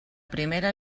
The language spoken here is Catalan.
primera